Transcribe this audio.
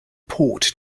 port